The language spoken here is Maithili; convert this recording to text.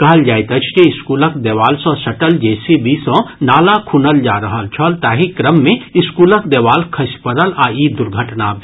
कहल जाइत अछि जे स्कूलक देवाल सँ सटल जेसीबी सँ नाला खुनल जा रहल छल ताहि क्रम मे स्कूलक देवाल खसि पड़ल आ ई दुर्घटना भेल